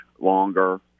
longer